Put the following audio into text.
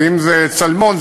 ואם צלמון,